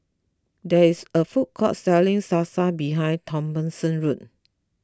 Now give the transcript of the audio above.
there is a food court selling Salsa behind Thompson's room